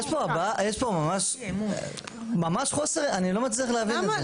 יש פה ממש חוסר אני לא מצליח להבין את זה.